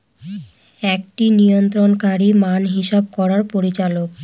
একটি নিয়ন্ত্রণকারী মান হিসাব করার পরিচালক